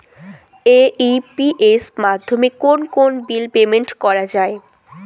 AEPS মাধ্যমে কোন কোন বিল পেমেন্ট করা যায়?